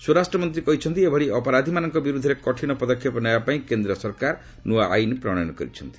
ସ୍ୱରାଷ୍ଟ୍ରମନ୍ତ୍ରୀ କହିଛନ୍ତି ଏଭଳି ଅପରାଧୀମାନଙ୍କ ବିରୁଦ୍ଧରେ କଠିନ ପଦକ୍ଷେପ ନେବା ପାଇଁ କେନ୍ଦ୍ର ସରକାର ନୃଆ ଆଇନ୍ ପ୍ରଣୟନ କରିଛନ୍ତି